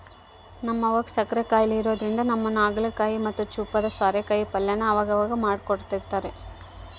ನಮ್ ಅವ್ವುಗ್ ಸಕ್ಕರೆ ಖಾಯಿಲೆ ಇರೋದ್ರಿಂದ ನಮ್ಮಮ್ಮ ಹಾಗಲಕಾಯಿ ಮತ್ತೆ ಚೂಪಾದ ಸ್ವಾರೆಕಾಯಿ ಪಲ್ಯನ ಅವಗವಾಗ ಮಾಡ್ಕೊಡ್ತಿರ್ತಾರ